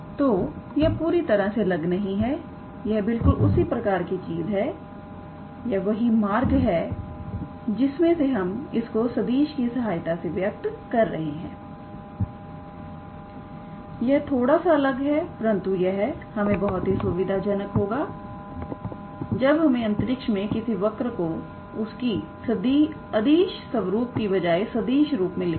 तो यह पूरी तरह से अलग नहीं है यह बिल्कुल उसी प्रकार की चीज है यह वही मार्ग है जिसमें हम इसको सदिश की सहायता से व्यक्त कर रहे हैं यह थोड़ा सा अलग है परंतु यह हमें बहुत ही सुविधाजनक होगा जब हमें अंतरिक्ष में किसी वर्क को उसकी अदिश स्वरूप के बजाय सदिश रूप में लिखना हो